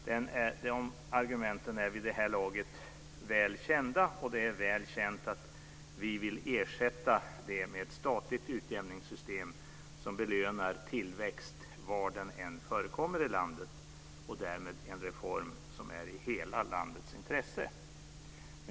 De argumenten är vid det här laget väl kända, och det är väl känt att vi vill ersätta det med ett statligt utjämningssystem som belönar tillväxt var den än förekommer i landet och därmed en reform som är i hela landets intresse.